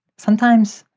sometimes